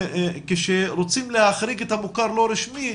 כשרוצים להחריג את המוכר לא רשמי,